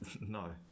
no